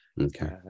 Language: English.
Okay